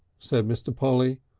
said mr. polly.